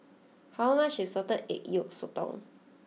how much is Salted Egg Yolk Sotong